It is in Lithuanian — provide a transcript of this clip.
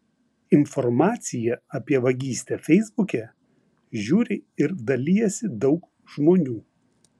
informaciją apie vagystę feisbuke žiūri ir dalijasi daug žmonių